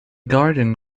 garden